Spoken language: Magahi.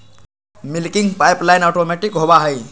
मिल्किंग पाइपलाइन ऑटोमैटिक होबा हई